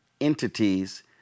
entities